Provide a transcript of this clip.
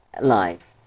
life